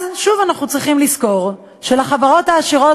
אז שוב אנחנו צריכים לזכור שלחברות העשירות